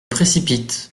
précipite